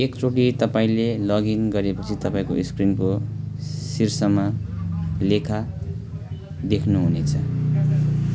एकचोटि तपाईँँले लगइन गरेपछि तपाईँँले स्क्रिनको शीर्षमा लेखा देख्नुहुनेछ